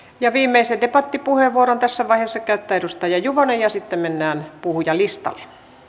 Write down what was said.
vimeisen debattipuheenvuoron tässä vaiheessa käyttää edustaja juvonen ja sitten mennään puhujalistalle